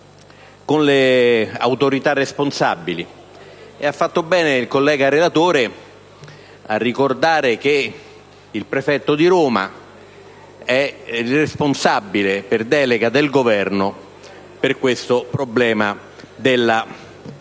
con le autorità responsabili. Ha fatto bene il collega relatore a ricordare che il prefetto di Roma è responsabile, per delega del Governo, del problema della discarica